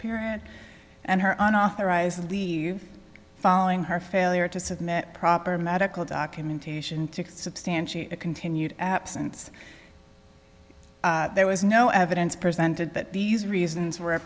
period and her on authorized leave following her failure to submit proper medical documentation to substantiate a continued absence there was no evidence presented that these reasons were a